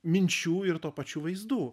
minčių ir tuo pačiu vaizdų